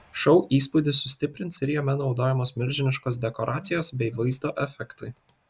šou įspūdį sustiprins ir jame naudojamos milžiniškos dekoracijos bei vaizdo efektai